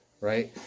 right